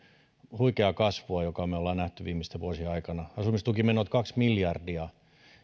huikeaa kasvua jonka me olemme nähneet viimeisten vuosien aikana asumistukimenot kaksi miljardia